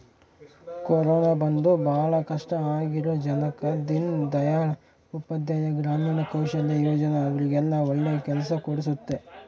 corona ಬಂದು ಭಾಳ ಕಷ್ಟ ಆಗಿರೋ ಜನಕ್ಕ ದೀನ್ ದಯಾಳ್ ಉಪಾಧ್ಯಾಯ ಗ್ರಾಮೀಣ ಕೌಶಲ್ಯ ಯೋಜನಾ ಅವ್ರಿಗೆಲ್ಲ ಒಳ್ಳೆ ಕೆಲ್ಸ ಕೊಡ್ಸುತ್ತೆ